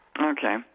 Okay